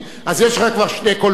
אז יש לך כבר שני קולות.